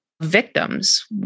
victims